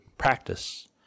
practice